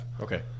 Okay